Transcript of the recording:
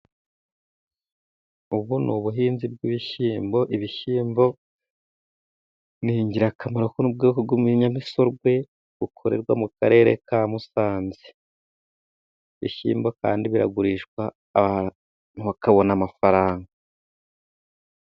Ubu ni ubuhinzi bw'ibishyimbo, ibishyimbo ni ingirakamaro kuko ni bwoko bw'ibinyamisogwe, bukorerwa mu karere ka Musanze. Ibishyimbo kandi biragurishwa, abantu bakabona amafaranga.